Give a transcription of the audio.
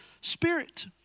spirit